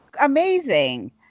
amazing